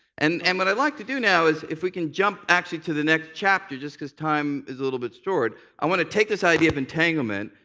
and and what i'd like to do now is if we can jump actually to the next chapter, just because time is a little bit short. i want to take this idea of entanglement,